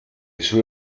sue